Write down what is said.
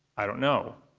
i don't know.